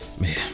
Man